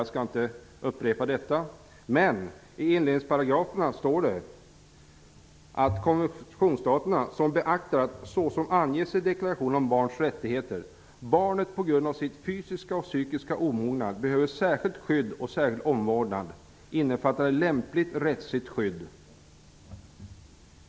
Jag skall inte upprepa detta, men i inledningsparagrafen står det att konventionsstaterna ''beaktar att, såsom anges i deklarationen om barns rättigheter, barnet på grund av sin fysiska och psykiska omognad behöver särskilt skydd och särskild omvårdnad, innefattande lämpligt rättsligt skydd''.